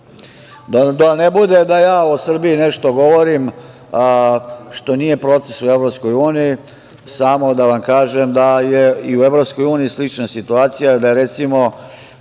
Da ne bude da ja o Srbiji nešto govorim, što nije u procesu u EU, samo da vam kažem da je i u EU slična situacija, da je recimo